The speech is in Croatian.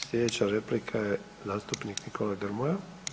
Slijedeća replika je zastupnik Nikola Grmoja.